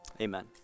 amen